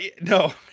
no